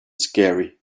scary